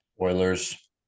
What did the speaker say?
Oilers